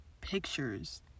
pictures